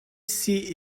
see